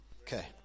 Okay